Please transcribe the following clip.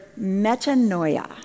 metanoia